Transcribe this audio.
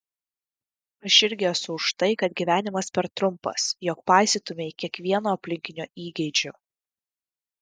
aš irgi esu už tai kad gyvenimas per trumpas jog paisytumei kiekvieno aplinkinio įgeidžių